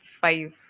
five